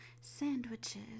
sandwiches